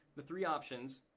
the three options,